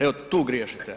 Evo tu griješite.